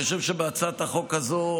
אני חושב שאחד הדברים היפים בהצעת החוק הזו,